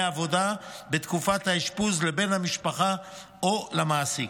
עבודה בתקופת האשפוז לבן המשפחה או למעסיק.